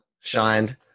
shined